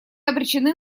обречены